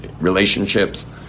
relationships